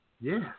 Yes